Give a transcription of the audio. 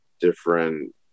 different